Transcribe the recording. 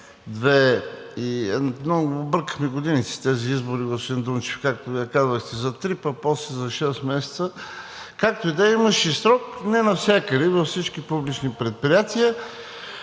– объркахме годините с тези избори, господин Дунчев, както Вие казахте, за три, пък после за шест месеца. Както и да е, имаше срок – не навсякъде и във всички публични предприятия.